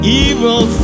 evil